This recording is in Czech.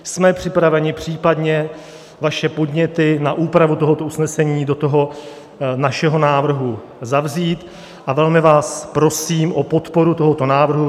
Jsme připraveni případně vaše podněty na úpravu tohoto usnesení do toho našeho návrhu zavzít a velmi vás prosím o podporu tohoto návrhu.